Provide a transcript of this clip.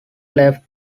left